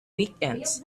weekends